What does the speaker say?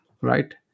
right